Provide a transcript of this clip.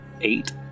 Eight